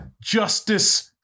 justice